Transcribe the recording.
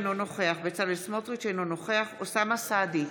אינו נוכח בצלאל סמוטריץ' אינו נוכח אוסאמה סעדי,